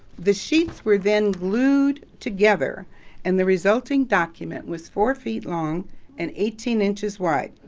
the sheets were then glued together and the resulting document was four feet long and eighteen inches wide.